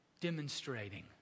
demonstrating